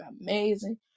amazing